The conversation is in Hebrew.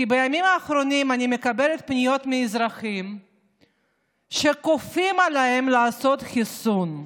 כי בימים האחרונים אני מקבלת פניות מאזרחים שכופים עליהם לעשות חיסון.